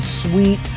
sweet